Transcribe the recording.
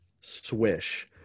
Swish